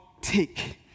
take